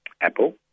Apple